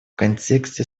контексте